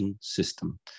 System